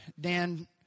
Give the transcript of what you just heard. Dan